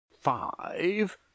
five